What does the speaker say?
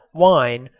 wine,